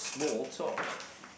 small talk